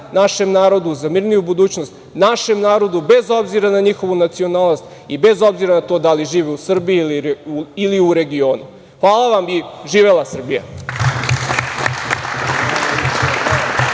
našem narodu za mirniju budućnost, našem narodu bez obzira na njihovu nacionalnost i bez obzira na to da li žive u Srbiji ili u regionu. Hvala vam i živela Srbija.